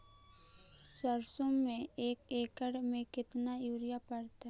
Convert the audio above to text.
सरसों में एक एकड़ मे केतना युरिया पड़तै?